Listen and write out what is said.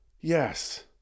Yes